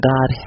God